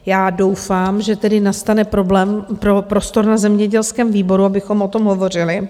Já doufám, že tedy nastane problém pro prostor na zemědělském výboru, abychom o tom hovořili.